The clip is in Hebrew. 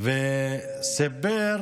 וסיפר